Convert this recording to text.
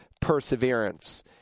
perseverance